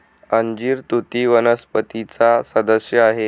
अंजीर तुती वनस्पतीचा सदस्य आहे